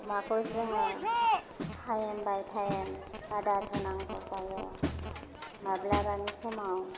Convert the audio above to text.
अमाखौ जोङो time by time आदार होनांगौ जायो माब्लाबानि समाव